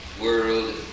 world